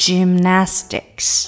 Gymnastics